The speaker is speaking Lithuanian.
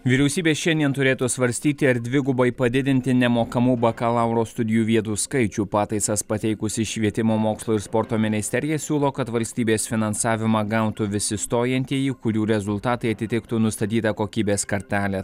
vyriausybė šiandien turėtų svarstyti ar dvigubai padidinti nemokamų bakalauro studijų vietų skaičių pataisas pateikusi švietimo mokslo ir sporto ministerija siūlo kad valstybės finansavimą gautų visi stojantieji kurių rezultatai atitiktų nustatytą kokybės kartelę